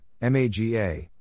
MAGA